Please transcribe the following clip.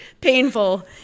painful